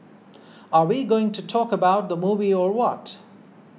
are we going to talk about the movie or what